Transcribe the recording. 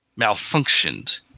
malfunctioned